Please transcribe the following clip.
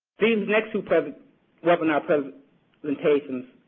these next two webinar presentations